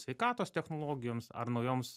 sveikatos technologijoms ar naujoms